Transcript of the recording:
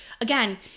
again